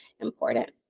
important